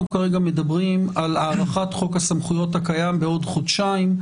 אנחנו מדברים על הארכת חוק הסמכויות הקיים בעוד חודשיים,